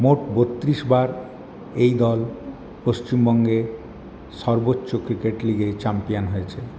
মোট বত্রিশ বার এই দল পশ্চিমবঙ্গে সর্বোচ্চ ক্রিকেট লিগে চ্যাম্পিয়ান হয়েছে